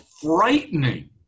frightening